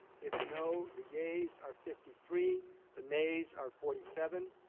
if no the yeas are fifty three the nays are forty seven.